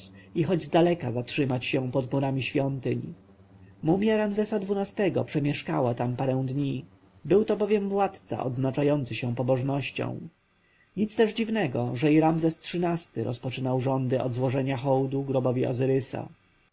choć zdaleka zatrzymać się pod murami świątyni mumja ramzesa xii-go przemieszkała tam parę dni był to bowiem władca odznaczający się pobożnością nic też dziwnego że i ramzes xiii-ty rozpoczynał rządy od złożenia hołdu grobowi ozyrysa